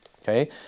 Okay